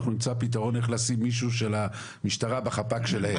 אנחנו נמצא פתרון איך לשים מישהו מהמשטרה בחפ"ק שלהם.